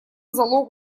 залог